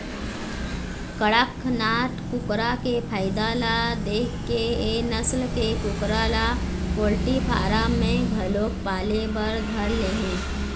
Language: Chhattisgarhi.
कड़कनाथ कुकरा के फायदा ल देखके ए नसल के कुकरा ल पोल्टी फारम म घलोक पाले बर धर ले हे